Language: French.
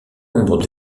nombre